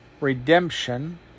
Redemption